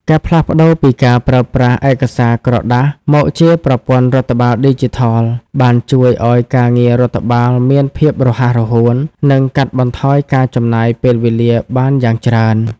ការផ្លាស់ប្តូរពីការប្រើប្រាស់ឯកសារក្រដាសមកជាប្រព័ន្ធរដ្ឋបាលឌីជីថល បានជួយឱ្យការងាររដ្ឋបាលមានភាពរហ័សរហួន និងកាត់បន្ថយការចំណាយពេលវេលាបានយ៉ាងច្រើន។